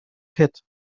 pit